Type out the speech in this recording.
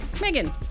Megan